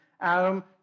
Adam